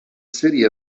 city